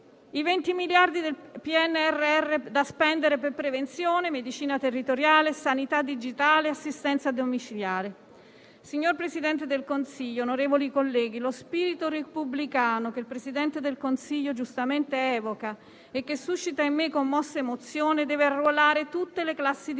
i 20 miliardi del PNRR da spendere per prevenzione, medicina territoriale, sanità digitale e assistenza domiciliare. Signor Presidente, onorevoli colleghi, lo spirito repubblicano che il Presidente del Consiglio giustamente evoca e che suscita in me commossa emozione deve annullare tutte le classi